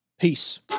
Peace